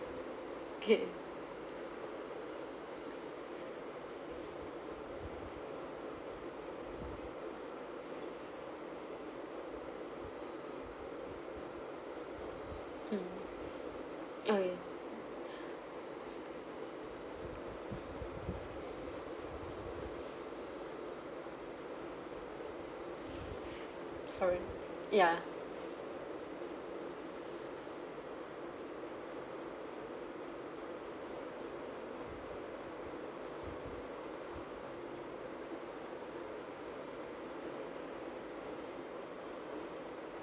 okay mm oh yeah foreign ya